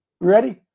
Ready